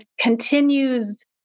continues